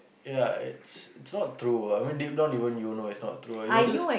ya it's it's not true ah I mean deep down you won't you will know it's not true ah you are just